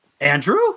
Andrew